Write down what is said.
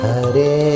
Hare